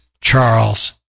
Charles